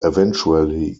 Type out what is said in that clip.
eventually